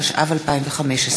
התשע"ו 2015,